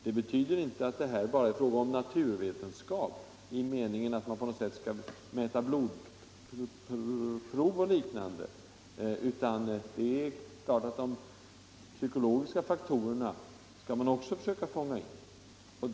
Det betyder inte att det bara är fråga om naturvetenskap, att här skall det bara tas blovprov och liknande, utan det är klart att man också skall försöka fånga in de psykologiska faktorerna.